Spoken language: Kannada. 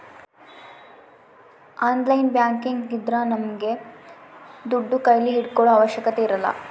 ಆನ್ಲೈನ್ ಬ್ಯಾಂಕಿಂಗ್ ಇದ್ರ ನಮ್ಗೆ ದುಡ್ಡು ಕೈಲಿ ಇಟ್ಕೊಳೋ ಅವಶ್ಯಕತೆ ಇರಲ್ಲ